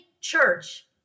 church